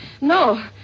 No